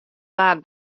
waard